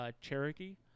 Cherokee